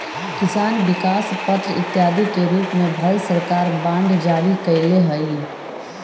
किसान विकास पत्र इत्यादि के रूप में भारत सरकार बांड जारी कैले हइ